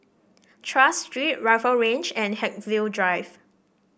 Tras Street Rifle Range and Haigsville Drive